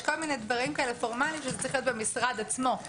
יש כל מיני דברים פורמליים שזה צריך להיות במשרד עצמו.